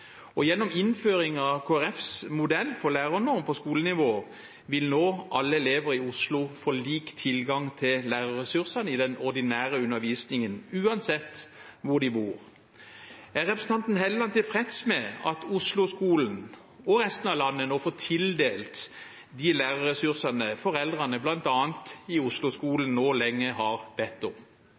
østkanten. Gjennom innføringen av Kristelig Folkepartis modell for lærernorm på skolenivå vil nå alle elever i Oslo få lik tilgang til lærerressursene i den ordinære undervisningen, uansett hvor de bor. Er representanten Helleland tilfreds med at Osloskolen og resten av landet nå får tildelt de lærerressursene foreldrene bl.a. i Osloskolen lenge har bedt om?